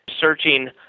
searching